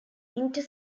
inter